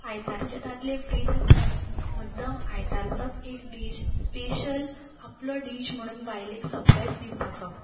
आयतारचे दादले फ्रीछ आसतात न्ही मुद्दांम आयतारचोच एक डीश स्पेशल आपलो डीश म्हणून बायलेक सरप्रायज दिवपाचो